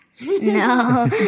No